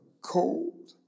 cold